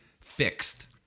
fixed